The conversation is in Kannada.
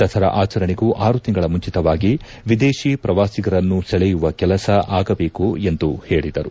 ದಸರಾ ಆಚರಣೆಗೂ ಆರು ತಿಂಗಳ ಮುಂಚಿತವಾಗಿ ವಿದೇಶಿ ಪ್ರವಾಸಿಗರನ್ನು ಸೆಳೆಯುವ ಕೆಲಸ ಆಗಬೇಕು ಎಂದು ಹೇಳಿದರು